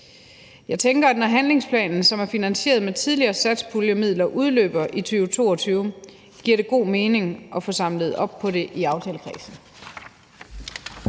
Jeg tænker, at når handlingsplanen, som er finansieret med tidligere satspuljemidler, udløber i 2022, giver det god mening at få samlet op på det i aftalekredsen.